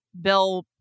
Bill